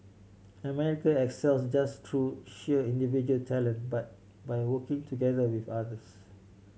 America excels just through sheer individual talent but by working together with others